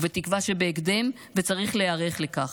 ובתקווה שבהקדם, וצריך להיערך לכך.